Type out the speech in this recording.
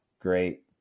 great